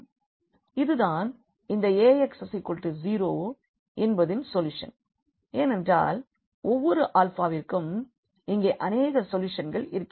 இது தான் இந்த Ax0 என்பதின் சொல்யூஷன் ஏனென்றால் ஒவ்வொரு அல்பாவிற்கும் இங்கே அநேக சொல்யூஷன்கள் இருக்கின்றன